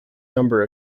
number